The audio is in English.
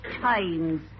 times